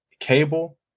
Cable